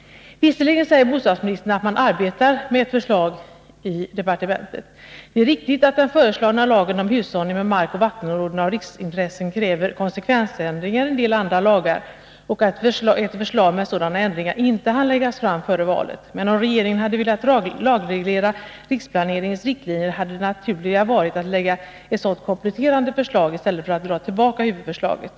Bostadsministern säger nu att man arbetar med ett förslag i departementet. Det är visserligen riktigt att den föreslagna lagen om hushållning med markoch vattenområden av riksintresse kräver konsekvensändringar i en del andra lagar — ett förslag med sådana ändringar hann inte läggas fram före valet — men om regeringen hade velat lagreglera riksplaneringens riktlinjer, hade det naturliga varit att lägga fram ett sådant kompletterande förslag i stället för att dra tillbaka huvudförslaget.